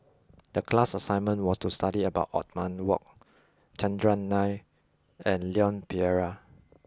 the class assignment was to study about Othman Wok Chandran Nair and Leon Perera